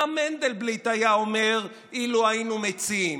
מה מנדלבליט היה אומר אילו היינו מציעים?